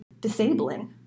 disabling